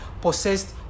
possessed